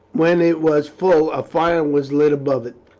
when it was full a fire was lit above it.